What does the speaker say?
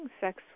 sex